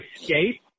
escape